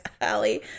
alley